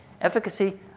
Efficacy